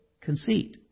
conceit